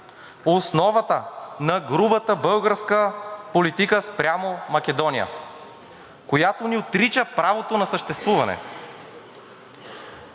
основата на грубата българска политика спрямо Македония, която ни отрича правото на съществуване.“